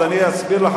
אז אני אזכיר לך,